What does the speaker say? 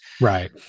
Right